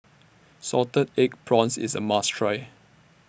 Salted Egg Prawns IS A must Try